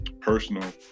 personal